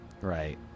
right